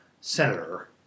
senator